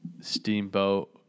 steamboat